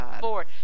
board